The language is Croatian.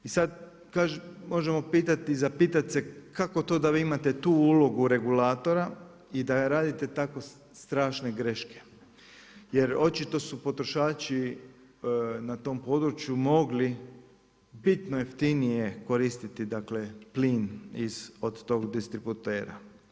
I sada se možemo zapitati kako to da vi imate tu ulogu regulatora i da radite tako strašne greške jer očito su potrošači na tom području mogli bitno jeftinije koristiti plin od tog distributera.